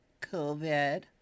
COVID